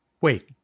Wait